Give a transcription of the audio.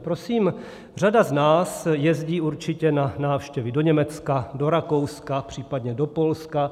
Prosím, řada z nás jezdí určitě na návštěvy do Německa, do Rakouska, případně do Polska.